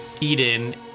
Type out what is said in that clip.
Eden